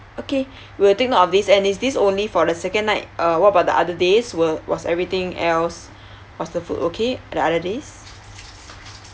okay we'll take note of these and is this only for the second night uh what about the other days were was everything else masterful okay the other days